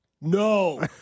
No